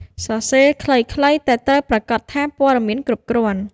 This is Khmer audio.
សរសេរខ្លីៗ តែត្រូវប្រាកដថាព័ត៌មានគ្រប់គ្រាន់។